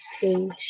page